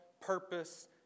purpose